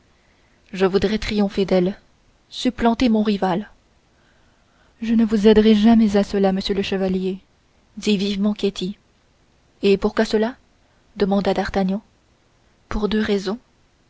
je voudrais triompher d'elle supplanter mon rival je ne vous aiderai jamais à cela monsieur le chevalier dit vivement ketty et pourquoi cela demanda d'artagnan pour deux raisons